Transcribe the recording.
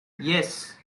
yes